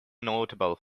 notable